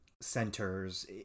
centers